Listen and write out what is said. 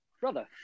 Brother